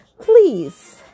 please